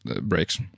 breaks